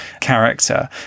character